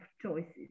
choices